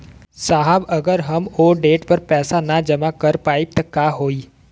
साहब अगर हम ओ देट पर पैसाना जमा कर पाइब त का होइ?